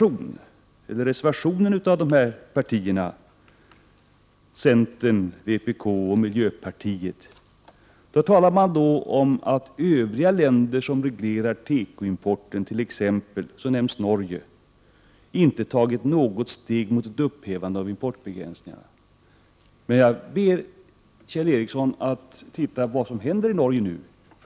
I reservationen från centern, vpk och miljöpartiet talar man om att övriga länder som reglerar tekoimporten —t.ex. Norge inte har tagit något steg mot ett upphävande av importbegränsningarna. Jag ber Kjell Ericsson att lägga märke till vad som nu händer i Norge.